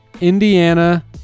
Indiana